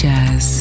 Jazz